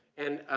and a,